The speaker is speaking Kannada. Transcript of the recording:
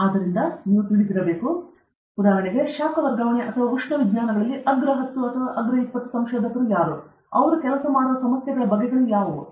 ಆದ್ದರಿಂದ ನೀವು ತಿಳಿದಿರಬೇಕು ಉದಾಹರಣೆಗೆ ಶಾಖ ವರ್ಗಾವಣೆ ಅಥವಾ ಉಷ್ಣ ವಿಜ್ಞಾನಗಳಲ್ಲಿ ಅಗ್ರ ಹತ್ತು ಅಥವಾ ಅಗ್ರ ಇಪ್ಪತ್ತು ಸಂಶೋಧಕರು ಅವರು ಈಗ ಕೆಲಸ ಮಾಡುವ ಸಮಸ್ಯೆಗಳ ಬಗೆಗಳು ಯಾವುವು